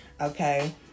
Okay